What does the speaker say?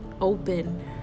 open